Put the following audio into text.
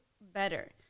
better